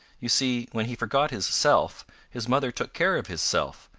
you see when he forgot his self his mother took care of his self,